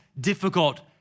difficult